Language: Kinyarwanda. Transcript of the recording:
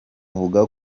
uvuga